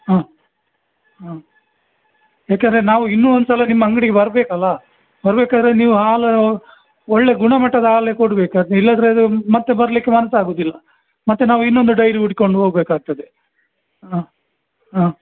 ಹಾಂ ಹಾಂ ಯಾಕಂದ್ರೆ ನಾವು ಇನ್ನು ಒಂದುಸಲ ನಿಮ್ಮ ಅಂಗ್ಡಿಗೆ ಬರಬೇಕಲ್ಲ ಬರ್ಬೇಕಾದ್ರೇ ನೀವು ಹಾಲು ಒಳ್ಳೇ ಗುಣಮಟ್ಟದ ಹಾಲೇ ಕೊಡ್ಬೇಕು ಅದ್ನ ಇಲ್ಲಾಂದ್ರೆ ಅದು ಮತ್ತು ಬರ್ಲಿಕ್ಕೆ ಮನ್ಸು ಆಗೋದಿಲ್ಲ ಮತ್ತು ನಾವು ಇನ್ನೊಂದು ಡೈರಿ ಹುಡುಕೊಂಡ್ ಹೋಗ್ಬೇಕಾಗ್ತದೆ ಹಾಂ ಹಾಂ